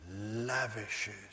lavishes